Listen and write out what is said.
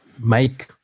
make